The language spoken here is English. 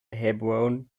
hebron